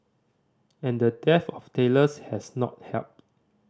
and the dearth of tailors has not helped